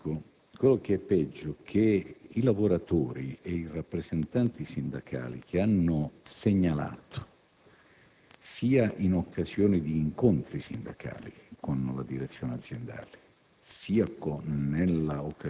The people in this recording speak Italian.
sottosegretario Bubbico, è che i lavoratori e i rappresentanti sindacali che hanno segnalato, sia in occasione di incontri sindacali con la direzione aziendale,